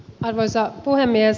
arvoisa puhemies